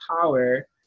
power